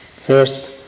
First